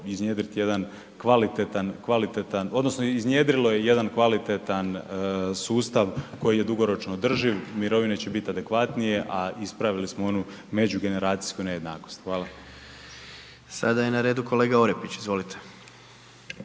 iznjedriti jedan kvalitetan, odnosno iznjedrilo je jedan kvalitetan sustav koji je dugoročno održiv, mirovine će biti adekvatnije, a ispravili smo onu međugeneracijsku nejednakost. Hvala. **Jandroković, Gordan